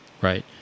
right